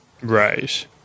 Right